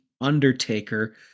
undertaker